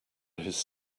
his